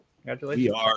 Congratulations